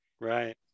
Right